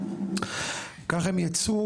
ככה הם יצאו,